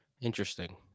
Interesting